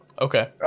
Okay